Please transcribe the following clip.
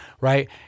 right